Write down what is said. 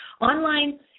Online